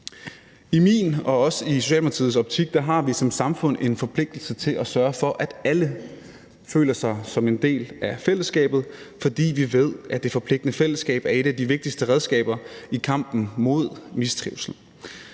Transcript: I min og i Socialdemokratiets optik har vi som samfund en forpligtelse til at sørge for, at alle føler sig som en del af fællesskabet, fordi vi ved, at det forpligtende fællesskab er et af de vigtigste redskaber i kampen mod mistrivsel,